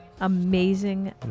amazing